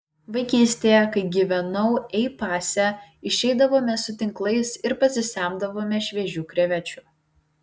vaikystėje kai gyvenau ei pase išeidavome su tinklais ir pasisemdavome šviežių krevečių